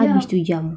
habis tu jam